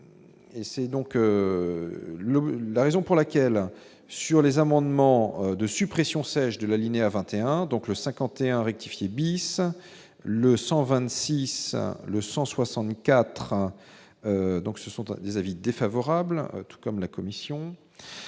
c'est donc le la raison pour laquelle. Sur les amendements de suppression sèche de La Linea 21 donc le 51 rectifier bis, le 126 le 164 donc, ce sont tous des avis défavorables, tout comme la Commission,